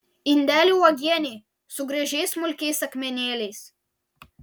indelį uogienei su gražiais smulkiais akmenėliais